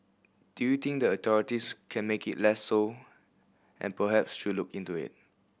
do you think the authorities can make it less so and perhaps should look into it